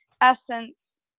essence